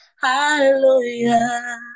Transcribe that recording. Hallelujah